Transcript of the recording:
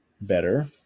better